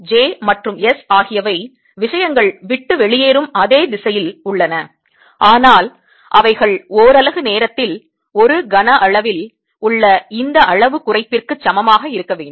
எனவே J மற்றும் s ஆகியவை விஷயங்கள் விட்டு வெளியேறும் அதே திசையில் உள்ளன ஆனால் அவைகள் ஓரலகு நேரத்தில் ஒரு கன அளவில் உள்ள இந்த அளவு குறைப்பிற்குச் சமமாக இருக்க வேண்டும்